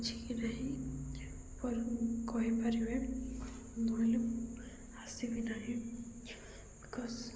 ଅଛିକି ନାହିଁ ପରେ କହିପାରିବେ ନହେଲେ ମୁଁ ଆସିବି ନାହିଁ ବିକଜ୍